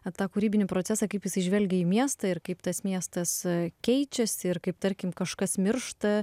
na tą kūrybinį procesą kaip jisai žvelgia į miestą ir kaip tas miestas keičiasi ir kaip tarkim kažkas miršta